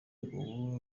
ubu